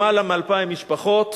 למעלה מ-2,000 משפחות,